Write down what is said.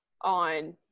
on